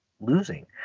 losing